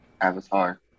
Avatar